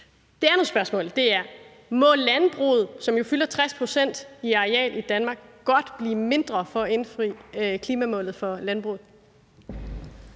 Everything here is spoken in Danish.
Det andet spørgsmål er, om landbruget, der fylder 60 pct. i areal af Danmark, godt må blive mindre for at indfri klimamålet for landbruget.